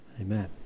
Amen